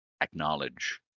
acknowledge